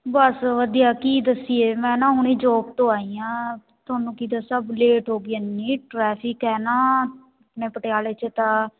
ਬਸ ਵਧੀਆ ਕੀ ਦੱਸੀਏ ਮੈਂ ਨਾ ਹੁਣੀ ਜੋਬ ਤੋਂ ਆਈ ਹਾਂ ਤੁਹਾਨੂੰ ਕੀ ਦੱਸਾ ਲੇਟ ਹੋ ਗਈ ਇੰਨੀ ਟਰੈਫਿਕ ਹੈ ਨਾ ਆਪਣੇ ਪਟਿਆਲੇ 'ਚ ਤਾਂ